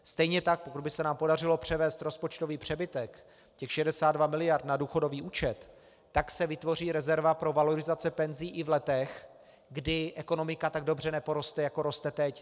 Stejně tak pokud by se nám podařilo převést rozpočtový přebytek, těch 62 mld., na důchodový účet, tak se vytvoří rezerva pro valorizace penzí i v letech, kdy ekonomika tak dobře neporoste, jako roste teď.